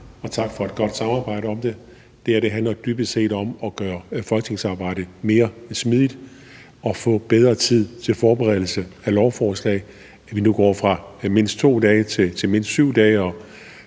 tak for et godt samarbejde om det. Det her handler dybest set om at gøre folketingsarbejdet mere smidigt og om at få bedre tid til forberedelse af lovforslag, så vi nu går fra mindst 2 dage til mindst 7 dage